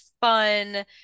fun